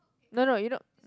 no no you know